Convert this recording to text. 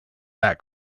that